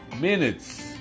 minutes